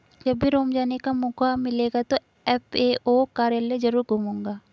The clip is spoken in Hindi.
जब भी रोम जाने का मौका मिलेगा तो एफ.ए.ओ कार्यालय जरूर घूमूंगा